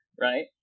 Right